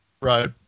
Right